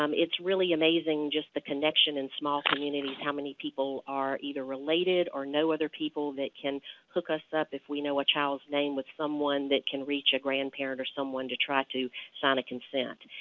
um it's really amazing just the connection in small communities, how many people are either related or know other people that can hook us up if we know a child's name with someone who can reach a grandparent or someone to try to sign a consent.